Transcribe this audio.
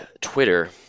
Twitter